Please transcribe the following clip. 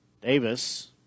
Davis